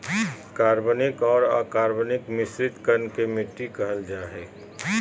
कार्बनिक आर अकार्बनिक मिश्रित कण के मिट्टी कहल जा हई